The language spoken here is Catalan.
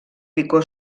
picó